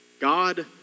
God